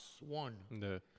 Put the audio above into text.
One